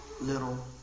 little